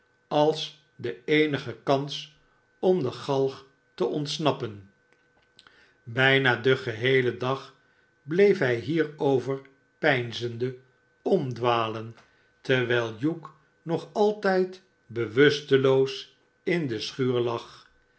als de eenige kans om de galg te ontsnappen bijna den geheelen dag bleef hij hierover peinzende omdwalen terwijl hugh nog altijd bewusteloos in de schuur lag